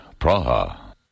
Praha